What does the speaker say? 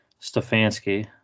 Stefanski